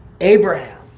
Abraham